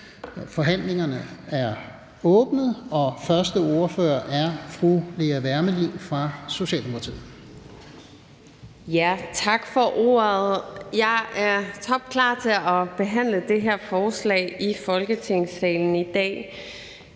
Forhandlingen er åbnet, og første ordfører er fru Lea Wermelin fra Socialdemokratiet. Kl. 11:24 (Ordfører) Lea Wermelin (S): Tak for ordet. Jeg er topklar til at behandle det her forslag i Folketingssalen i dag.